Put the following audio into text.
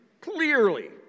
clearly